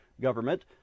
government